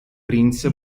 prince